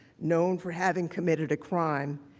known for having committed a crime.